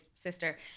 sister